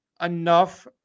enough